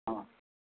ஆ